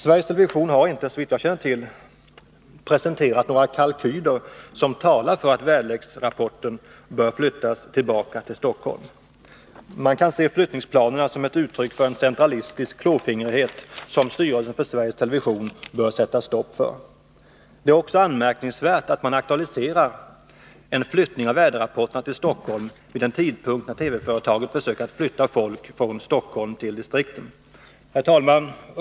Sveriges Television har inte — såvitt jag känner till — presenterat några kalkyler, som talar för att väderleksrapporteringen bör flyttas tillbaka till Stockholm. Man kan se flyttningsplanerna som uttryck för en centralistisk klåfingrighet, som styrelsen för Sveriges Television bör sätta stopp för. Det är också anmärkningsvärt att man aktualiserar en flyttning av väderrapporterna till Stockholm vid en tidpunkt när TV-företaget försöker flytta folk från Stockholm till distrikten. Herr talman!